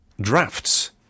drafts